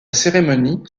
cérémonie